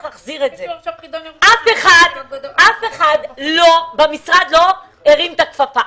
אף אחד במשרד לא הרים את הכפפה.